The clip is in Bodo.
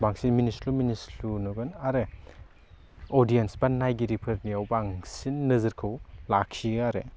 बांसिन मिनिस्लु मिनिस्लु नुगोन आरो अडियानस बा नायगिरिफोरनियाव बांसिन नोजोरखौ लाखियो आरो